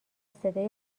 صدای